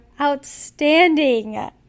outstanding